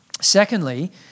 Secondly